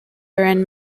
and